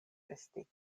esti